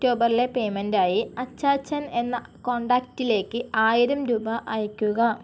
ഒക്ടോബറിലെ പേയ്മെന്റായി അച്ഛാച്ചൻ എന്ന കോണ്ടാക്ടിലേക്ക് ആയിരം രൂപ അയയ്ക്കുക